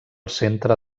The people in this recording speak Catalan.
centre